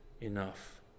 enough